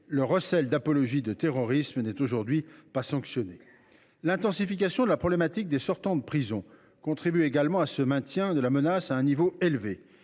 le recel d’apologie du terrorisme n’est aujourd’hui pas sanctionné. L’intensification de la problématique des sortants de prison contribue également au maintien de la menace à un niveau élevé.